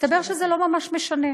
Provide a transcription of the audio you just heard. הסתבר שזה לא ממש משנה,